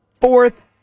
fourth